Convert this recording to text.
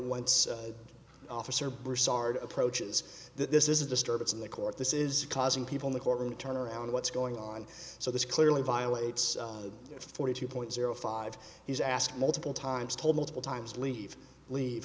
once the officer broussard approaches that this is a disturbance in the court this is causing people in the courtroom to turn around what's going on so this clearly violates forty two point zero five he's asked multiple times told multiple times leave leave